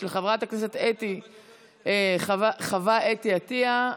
של חברת הכנסת חוה אתי עטייה.